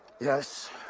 Yes